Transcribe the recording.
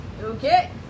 Okay